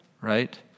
right